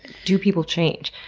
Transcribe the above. do people change?